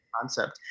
Concept